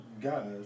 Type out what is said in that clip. guys